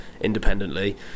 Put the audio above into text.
independently